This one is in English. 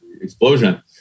explosion